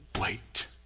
wait